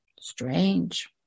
Strange